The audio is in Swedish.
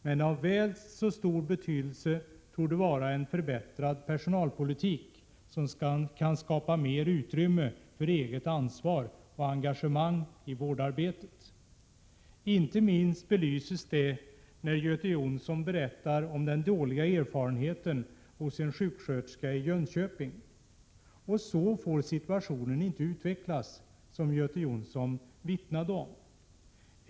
Men av väl så stor betydelse torde vara en förbättrad personalpolitik, som syftar till att skapa mer utrymme för eget ansvar och engagemang i vårdarbetet. Inte minst belystes detta av Göte Jonssons berättelse om den dåliga erfarenhet som en sjuksköterska i Jönköpings län hade gjort. Situationen får inte utvecklas så som Göte Jonsson vittnade om.